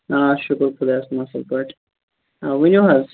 آ شُکُر خُدایَس کُن اَصٕل پٲٹھۍ آ ؤنِو حظ